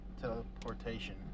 teleportation